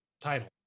title